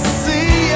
see